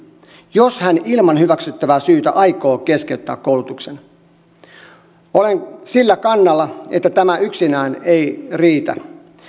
jos hän ilman hyväksyttävää syytä aikoo keskeyttää koulutuksen olen sillä kannalla että tämä yksinään ei riitä